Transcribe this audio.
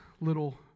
little